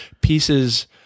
pieces